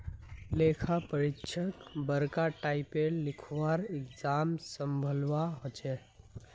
लेखा परीक्षकक बरका टाइपेर लिखवार एग्जाम संभलवा हछेक